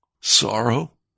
sorrow